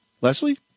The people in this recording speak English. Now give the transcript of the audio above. Leslie